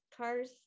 cars